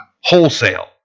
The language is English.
Wholesale